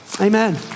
Amen